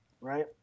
Right